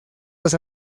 los